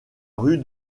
rue